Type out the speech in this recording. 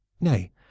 Nay